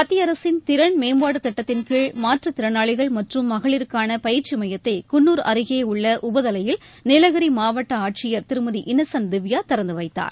மத்திய அரசின் திறன் மேம்பாடு திட்டத்தின்கீழ் மாற்றுத் திறனாளிகள் மற்றும் மகளிருக்கான பயிற்சி மையத்தை குன்னூர் அருகே உள்ள உபதலையில் நீலகிரி மாவட்ட ஆட்சியர் திருமதி இன்னசன்ட் திவ்யா திறந்துவைத்தார்